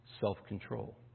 self-control